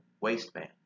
waistband